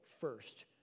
first